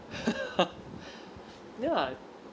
ya